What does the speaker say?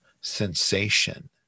sensation